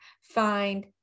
find